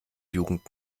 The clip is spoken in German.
jugend